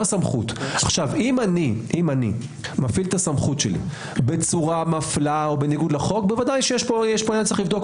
אם אני מפעיל את הסמכות שלי בצורה מפלה או בניגוד לחוק ודאי יש לבדוק.